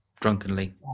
drunkenly